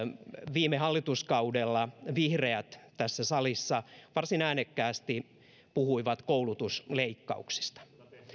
viime hallituskaudella vihreät tässä salissa varsin äänekkäästi puhuivat koulutusleikkauksista